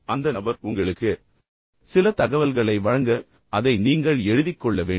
அந்த நபர் உங்களுக்கு சில தகவல்களை வழங்கப் போகிறார் அதை நீங்கள் எழுதிக் கொள்ள வேண்டும்